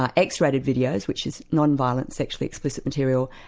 ah x-rated videos which is non-violent, sexually explicit material,